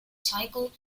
cycle